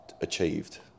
achieved